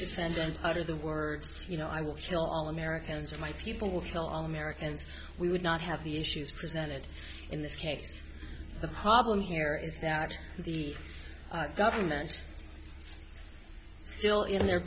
defendant utter the words you know i will kill all americans of my people will kill all americans we would not have the issues presented in this case the problem here is that the government still in their